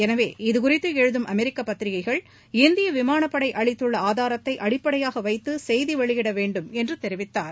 எனவே இதுகுறித்து எழுதும் அமெரிக்க பத்திரிகைகள் இந்திய விமானப்படை அளித்துள்ள ஆதாரத்தை அடிப்படையாக வைத்து செய்தி வெளியிட வேண்டும் என்று தெரிவித்தார்